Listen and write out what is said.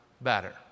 better